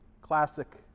classic